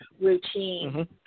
routine